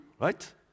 right